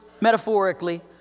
metaphorically